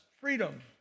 freedom